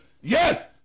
Yes